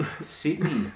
Sydney